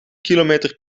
kilometer